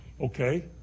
Okay